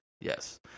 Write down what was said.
yes